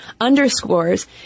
underscores